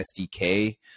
SDK